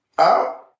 out